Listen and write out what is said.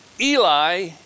Eli